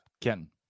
Ken